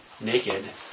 naked